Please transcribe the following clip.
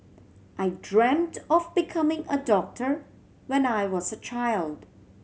I dreamt of becoming a doctor when I was a child